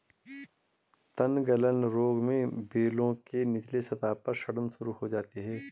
तनगलन रोग में बेलों के निचले सतह पर सड़न शुरू हो जाती है